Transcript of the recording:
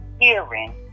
hearing